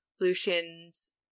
Lucian's